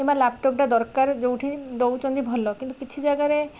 କିମ୍ବା ଲାପ୍ଟପ୍ ଟା ଦରକାର ଯୋଉଠି ଦେଉଛନ୍ତି ଭଲ କିନ୍ତୁ କିଛି ଜାଗାରେ